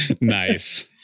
Nice